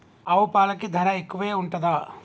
ఆవు పాలకి ధర ఎక్కువే ఉంటదా?